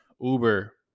Uber